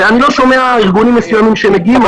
ואני לא שומע ארגונים מסוימים שמגיעים.